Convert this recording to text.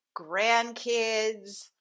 grandkids